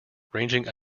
ranging